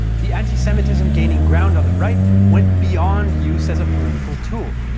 the anti-semitism gaining ground on the right went beyond use as a political tool.